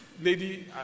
lady